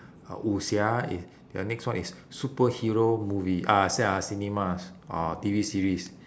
uh wuxia if the next one is superhero movie ah see ah cinemas or T_V series